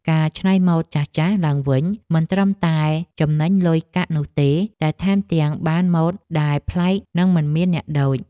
ការច្នៃម៉ូដចាស់ៗឡើងវិញមិនត្រឹមតែចំណេញលុយកាក់នោះទេ តែថែមទាំងបានម៉ូដដែលប្លែកនិងមិនមានអ្នកដូច។